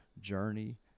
journey